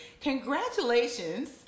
congratulations